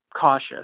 cautious